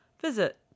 visit